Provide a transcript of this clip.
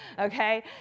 okay